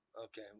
okay